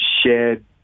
shared